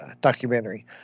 documentary